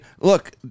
look